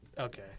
Okay